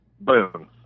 boom